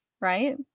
right